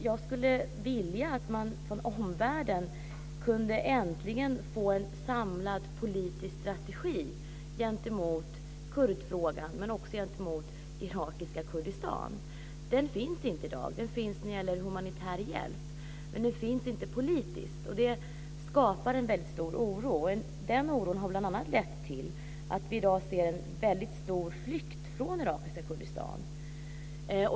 Jag skulle vilja att man från omvärldens sida äntligen kunde få en samlad politisk strategi gentemot kurdfrågan men också gentemot irakiska Kurdistan. En sådan finns inte i dag. Den finns när det gäller humanitär hjälp, men den finns inte politiskt, och det skapar en väldigt stor oro. Den oron har bl.a. lett till att vi i dag ser en väldigt stor flykt från irakiska Kurdistan.